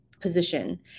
position